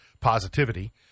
positivity